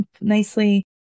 nicely